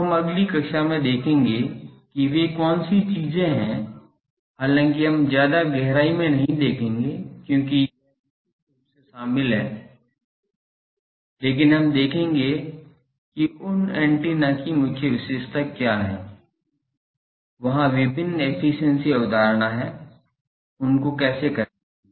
तो हम अगली कक्षा में देखेंगे कि वे कौन सी चीजें हैं हालाँकि हम ज्यादा गहराई में नहीं देखेंगे क्योंकि यह विस्तृत रूप से शामिल है लेकिन हम देखेंगे कि उन एंटेना की मुख्य विशेषताएं क्या हैं वहाँ विभिन्न एफिशिएंसी अवधारणा हैं उनको कैसे करेंगे